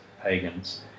pagans